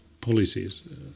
policies